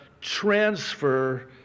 transfer